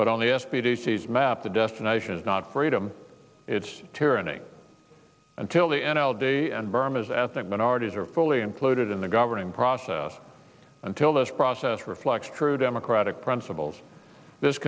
but only a species map the destination is not freedom it's tyranny until the end all day and burma's ethnic minorities are fully included in the governing process until this process reflects true democratic principles th